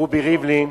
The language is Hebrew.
רובי ריבלין,